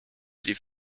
die